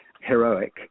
heroic